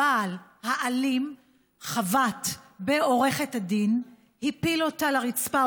הבעל האלים חבט בעורכת הדין והפיל אותה לרצפה,